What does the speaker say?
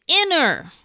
inner